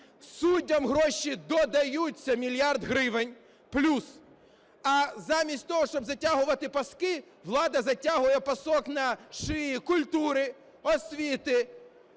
суддям гроші додаються – мільярд гривень плюс. А замість того, щоб затягувати паски, влада затягує пасок на шиї культури, освіти,